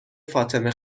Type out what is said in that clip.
فاطمه